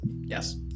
Yes